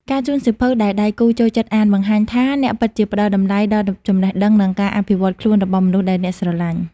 ការជូនសៀវភៅដែលដៃគូចូលចិត្តអាន បង្ហាញថាអ្នកពិតជាផ្ដល់តម្លៃដល់ចំណេះដឹង និងការអភិវឌ្ឍខ្លួនរបស់មនុស្សដែលអ្នកស្រឡាញ់។